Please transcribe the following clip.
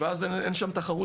ואז אין שם תחרות.